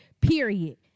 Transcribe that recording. period